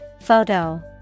Photo